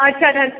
अच्छा